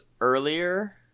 earlier